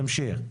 תמשיך.